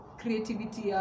creativity